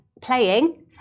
playing